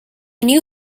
new